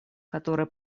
которые